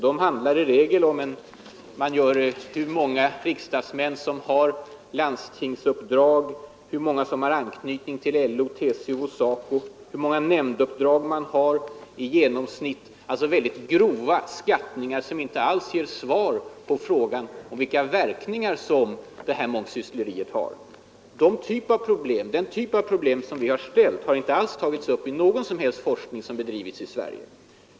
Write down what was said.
De handlar i regel om hur många riksdagsmän som har landstingsuppdrag, om hur många som har anknytning till LO, TCO och SACO eller om hur många nämnduppdrag man har i genomsnitt. Det är alltså väldigt grova skattningar, som inte alls ger svar på frågan om vilka verkningar det här mångsyssleriet har. Den typ av problem som vi har fört fram har inte alls tagits upp i någon som helst forskning som bedrivits i Sverige.